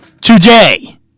today